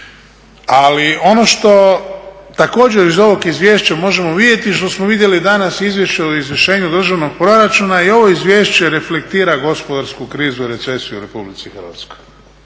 Ali ono što također iz ovog izvješća možemo vidjeti i što smo vidjeli danas Izvješće o izvršenju državnog proračuna i ovo izvješće reflektira gospodarsku krizu i recesiju u Republici Hrvatskoj.